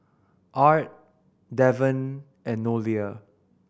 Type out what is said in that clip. Art Deven and Nolia